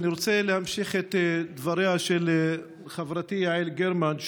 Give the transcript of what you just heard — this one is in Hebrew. אני רוצה להמשיך את דבריה של חברתי יעל גרמן,